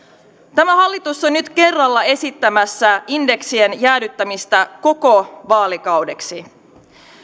tämä hallitus on nyt kerralla esittämässä indeksien jäädyttämistä koko vaalikaudeksi